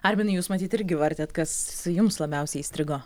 arminai jūs matyt irgi vartėt kas jums labiausiai įstrigo